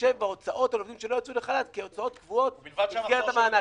להתחשב בהוצאות לעובדים שלא יצאו לחל"ת כהוצאות קבועות מסגרת המענק.